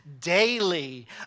daily